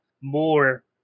more